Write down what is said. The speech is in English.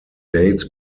dates